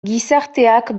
gizarteak